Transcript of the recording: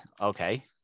okay